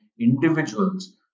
individuals